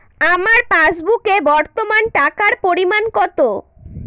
আমার পাসবুকে বর্তমান টাকার পরিমাণ কত?